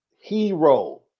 hero